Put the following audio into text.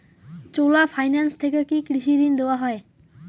চোলা finance থেকে কি কৃষি ঋণ দেওয়া হয়?